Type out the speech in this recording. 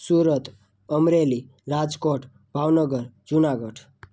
Surat Amreli Rajkot Bhavnagar Junagadh